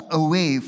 away